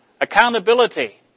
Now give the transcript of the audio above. Accountability